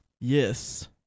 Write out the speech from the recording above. Yes